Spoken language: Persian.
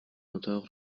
اتاق